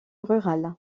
rurale